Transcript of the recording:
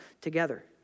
together